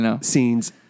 scenes